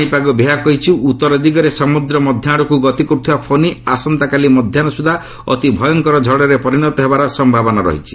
ପାଣିପାଗ ବିଭାଗ କହିଛି ଉତ୍ତର ଦିଗରେ ସମୁଦ୍ର ମଧ୍ୟ ଆଡ଼କୁ ଗତି କରୁଥିବା ଫନି ଆସନ୍ତାକାଲି ମଧ୍ୟାହୁ ସୁଦ୍ଧା ଅତି ଭୟଙ୍କର ଝଡ଼ରେ ପରିଣତ ହେବାର ସମ୍ଭାବନା ରହିଛି